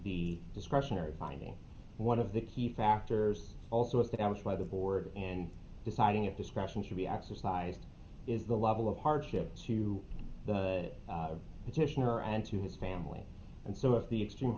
the discretionary finding one of the key factors also if that was by the board and deciding that discretion should be exercised is the level of hardship to that position or and to his family and so if the extreme